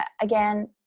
again